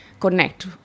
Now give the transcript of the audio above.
connect